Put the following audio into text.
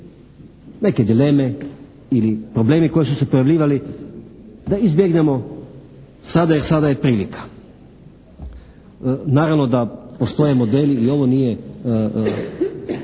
Neke dileme ili problemi koji su se pojavljivali da izbjegnemo sada jer sada je prilika. Naravno da postoje modeli i ovo nije